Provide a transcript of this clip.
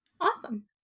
Awesome